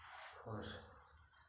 और